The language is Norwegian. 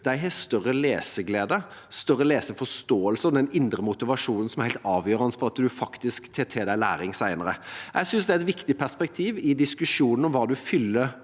har større leseglede, større leseforståelse og den indre motivasjonen som er helt avgjørende for at en faktisk tar til seg læring senere. Jeg synes det er et viktig perspektiv i diskusjonen om hva en fyller